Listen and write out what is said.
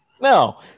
No